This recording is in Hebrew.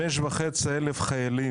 5,500 חיילים